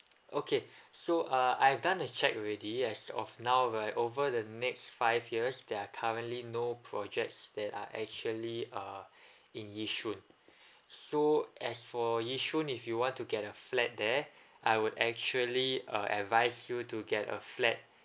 okay so err I have done the check already as of now right over the next five years there are currently no projects that are actually err in yishun so as for yishun if you want to get a flat there I would actually uh advise you to get a flat